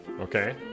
okay